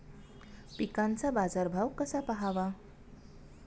पिकांचा बाजार भाव कसा पहावा?